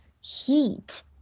heat